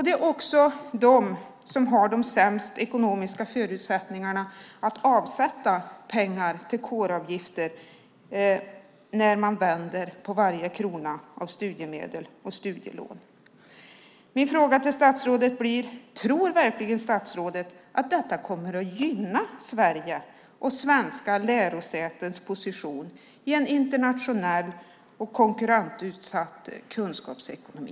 Det är också de som har de sämsta ekonomiska förutsättningarna att avsätta pengar till kåravgifter när man vänder på varje krona av studiemedel och studielån. Min fråga till statsrådet blir: Tror verkligen statsrådet att detta kommer att gynna Sverige och svenska lärosätens position i en internationell och konkurrensutsatt kunskapsekonomi?